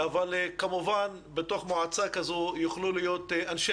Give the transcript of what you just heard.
אבל כמובן בתוך מועצה כזו יוכלו להיות אנשי